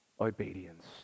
obedience